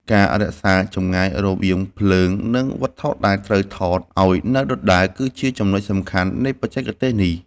ការរក្សាចម្ងាយរវាងភ្លើង និង វត្ថុដែលត្រូវថតឱ្យនៅដដែលគឺជាចំណុចសំខាន់នៃបច្ចេកទេសនេះ។